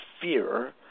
fear